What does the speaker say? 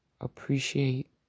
appreciate